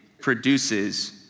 produces